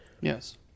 Yes